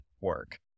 work